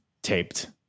taped